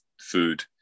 food